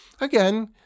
again –